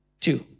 Two